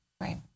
Right